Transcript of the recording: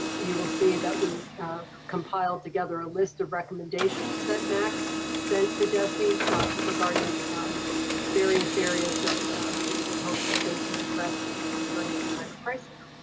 you will see that we compiled together a list of recommendations that mac sent to dese regarding various areas that we hope that they can address during this time of crisis.